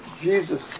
Jesus